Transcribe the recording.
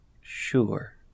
Sure